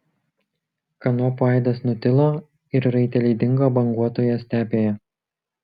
kanopų aidas nutilo ir raiteliai dingo banguotoje stepėje